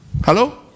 Hello